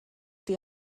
die